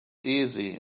easy